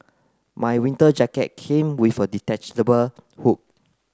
my winter jacket came with a detachable hood